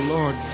Lord